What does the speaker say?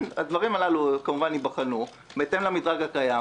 הדברים הללו כמובן ייבחנו בהתאם למדרג הקיים,